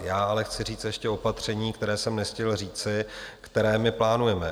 Já ale chci říct ještě opatření, která jsem nestihl říci, která plánujeme.